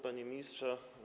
Panie Ministrze!